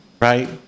Right